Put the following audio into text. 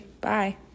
Bye